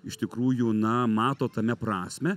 iš tikrųjų na mato tame prasmę